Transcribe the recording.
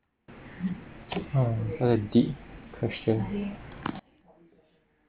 um another deep question